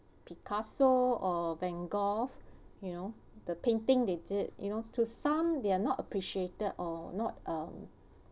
picasso or van gogh you know the paintings they did you know to some they're not appreciated or not um